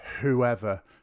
whoever